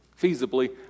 feasibly